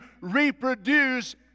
reproduce